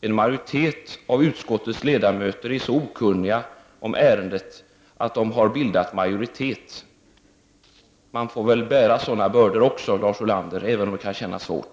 Det är många ledamöter av utskottet som är så okunniga om ärendet att de har bildat en majoritet. Man får väl bära sådana bördor också, Lars Ulander, även om det kan kännas svårt.